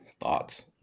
thoughts